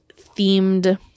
themed